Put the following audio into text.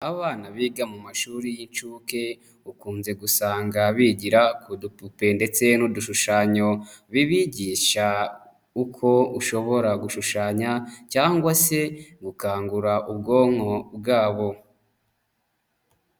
Abana biga mu mashuri y'inshuke ukunze gusanga bigira ku dupupe ndetse n'udushushanyo bibigisha uko ushobora gushushanya cyangwa se gukangura ubwonko bwabo.